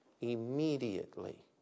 immediately